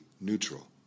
neutral